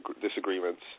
disagreements